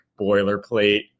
boilerplate